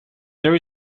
there